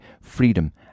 freedom